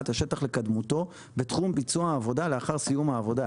השטח לקדמותו בתחום ביצוע העבודה לאחר סיום העבודה".